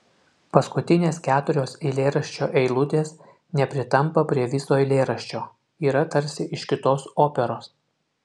paskutinės keturios eilėraščio eilutės nepritampa prie viso eilėraščio yra tarsi iš kitos operos